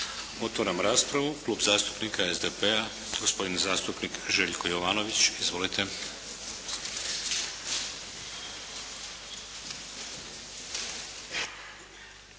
Otvaram raspravu. Klub zastupnika SDP-a, gospodin zastupnik Željko Jovanović. Izvolite.